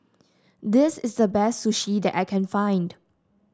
this is the best Sushi that I can find